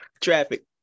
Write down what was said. traffic